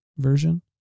Version